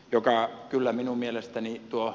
joka kyllä minun mielestäni tuo